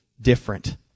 different